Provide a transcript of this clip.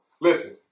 Listen